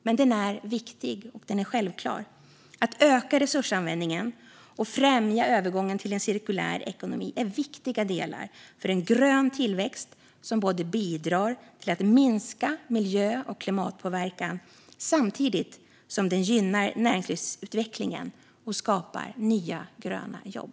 Men den är viktig, och den är självklar. Att öka resursanvändningen och främja övergången till en cirkulär ekonomi är viktiga delar för en grön tillväxt som bidrar till att minska miljö och klimatpåverkan och också gynnar näringslivsutvecklingen och skapar nya gröna jobb.